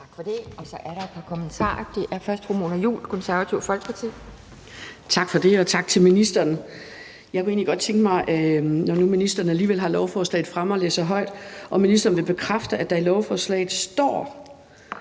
Tak for det. Der er et par kommentarer. Det er først fru Mona Juul fra Det Konservative Folkeparti. Kl. 12:33 Mona Juul (KF): Tak for det, og tak til ministeren. Jeg kunne egentlig godt tænke mig at høre, når nu ministeren alligevel har lovforslaget fremme og læser op fra det, om ministeren vil bekræfte, at der i lovforslaget står,